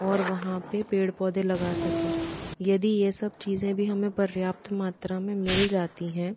और वहाँ पर पेड़ पौधे लगा सकें यदि यह सब चीज़ें भी हमें पर्याप्त मात्रा में मिल जाती हैं